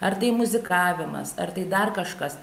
ar tai muzikavimas ar tai dar kažkas